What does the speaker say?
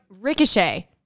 Ricochet